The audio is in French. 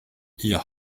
hier